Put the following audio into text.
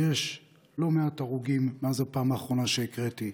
יש לא מעט הרוגים מאז הפעם האחרונה שהקראתי.